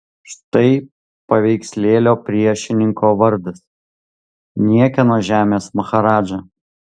štai paveikslėlio priešininko vardas niekieno žemės maharadža